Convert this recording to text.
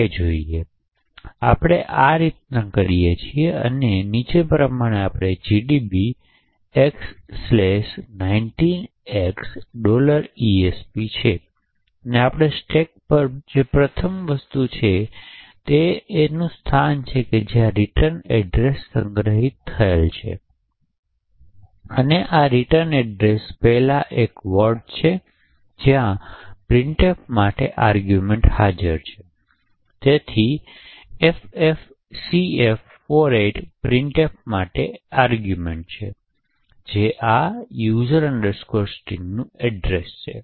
તેથી આપણે આમ કરીએ છીએ નીચે પ્રમાણે gdb x19x esp છે અને આપણે સ્ટેક પર જે પ્રથમ વસ્તુતે તે સ્થાન છે જ્યાં રીટર્ન સરનામું સંગ્રહિત થાય છે તેથી નોંધ લો કે a ના વળતર સરનામા 084851b જે અનિવાર્યપણે અહીં હાજર છે આ વળતર સરનામાં પહેલાં એક વર્ડ છે જ્યાં printf માટે આરગ્યૂમેંટ હાજર છે તેથી ffffcf48 printf માટે આર્ગુમેંટ છે કે જે આ user stringનું એડ્રૈસ છે